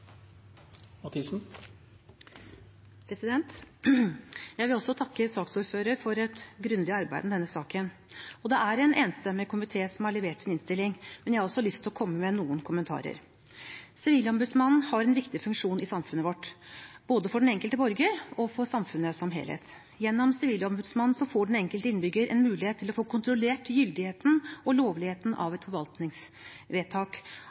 en enstemmig komité som har levert sin innstilling. Men jeg har også lyst til å komme med noen kommentarer. Sivilombudsmannen har en viktig funksjon i samfunnet vårt, både for den enkelte borger og for samfunnet som helhet. Gjennom Sivilombudsmannen får den enkelte innbygger en mulighet til å få kontrollert gyldigheten og lovligheten